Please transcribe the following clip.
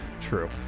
True